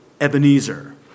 Ebenezer